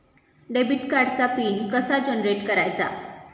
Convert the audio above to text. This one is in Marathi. डेबिट कार्डचा पिन कसा जनरेट करायचा?